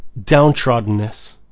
downtroddenness